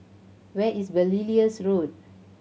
where is Belilios Road